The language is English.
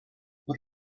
what